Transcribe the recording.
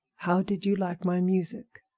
how did you like my music?